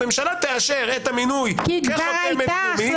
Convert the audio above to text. הממשלה תאשר את המינוי כחותמת גומי,